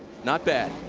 not bad.